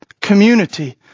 community